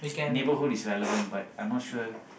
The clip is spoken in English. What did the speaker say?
neighbourhood is relevant but I'm not sure